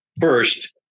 First